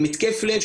עם התקף לב,